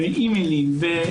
האימיילים,